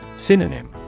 Synonym